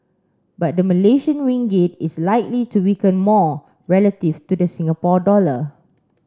but the Malaysian Ringgit is likely to weaken more relative to the Singapore dollar